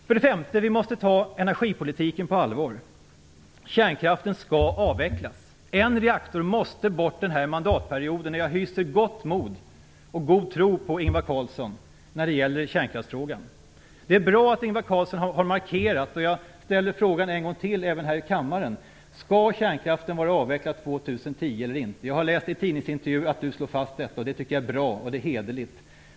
För det femte måste vi ta energipolitiken på allvar. Kärnkraften skall avvecklas. En reaktor måste bort den här mandatperioden och jag hyser gott mod och god tro på Ingvar Carlsson när det gäller kärnkraftsfrågan. Det är bra att Ingvar Carlsson har markerat. Jag ställer frågan en gång till även här i kammaren: Jag har läst i tidningsintervjuer att Ingvar Carlsson slår fast detta, och det tycker jag är bra och hederligt.